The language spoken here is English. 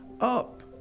up